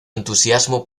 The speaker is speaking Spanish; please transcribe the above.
entusiasmo